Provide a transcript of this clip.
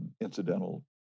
incidental